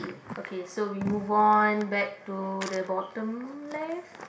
okay so we move on back to the bottom left